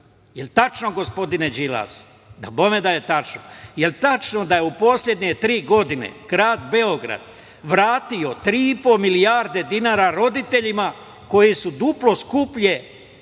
Jel tačno gospodine Đilas? Dabome da je tačno. Jel tačno da je u poslednje tri godine Grad Beograd vratio 3,5 milijarde dinara roditeljima koji su duplo skuplje plaćali